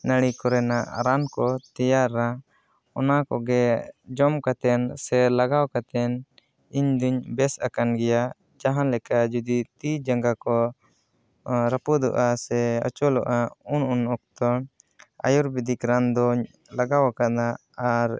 ᱱᱟᱹᱲᱤ ᱠᱚᱨᱮᱱᱟᱜ ᱨᱟᱱᱠᱚ ᱛᱮᱭᱟᱨᱟ ᱚᱱᱟᱠᱚᱜᱮ ᱡᱚᱢ ᱠᱟᱛᱮᱫ ᱥᱮ ᱞᱟᱜᱟᱣ ᱠᱟᱛᱮᱫ ᱤᱧᱫᱚᱧ ᱵᱮᱥ ᱟᱠᱟᱱ ᱜᱮᱭᱟ ᱡᱟᱦᱟᱸ ᱞᱮᱠᱟ ᱡᱩᱫᱤ ᱛᱤ ᱡᱟᱸᱜᱟ ᱠᱚ ᱨᱟᱹᱯᱩᱫᱚᱜᱼᱟ ᱥᱮ ᱚᱪᱚᱞᱚᱜᱼᱟ ᱩᱱᱚᱠᱛᱚ ᱟᱭᱩᱨᱵᱮᱫᱤᱠ ᱨᱟᱱ ᱫᱚᱧ ᱞᱟᱜᱟᱣ ᱟᱠᱟᱫᱟ ᱟᱨ